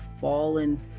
fallen